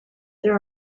there